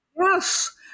yes